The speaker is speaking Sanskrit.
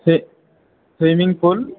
स्वि स्विमिङ्ग्पूल्